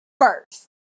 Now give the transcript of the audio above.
first